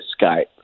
Skype